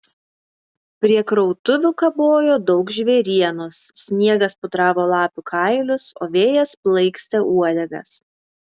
prie krautuvių kabojo daug žvėrienos sniegas pudravo lapių kailius o vėjas plaikstė uodegas